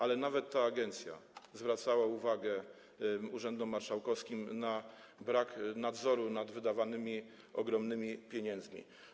Ale nawet ta agencja zwracała uwagę urzędom marszałkowskim na brak nadzoru nad wydawanymi ogromnymi kwotami pieniędzy.